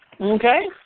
Okay